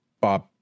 Bob